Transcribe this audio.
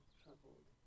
troubled